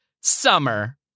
summer